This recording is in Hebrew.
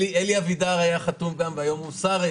אלי אבידר היה חתום גם, והיום הוא שר.